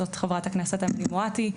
חברת הכנסת אמילי מואטי.